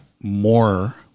more